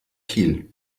kiel